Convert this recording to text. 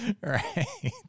right